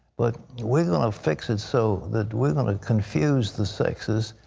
but we're going to fix it so that we're going to confuse the sexes.